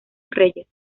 reyes